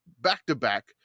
back-to-back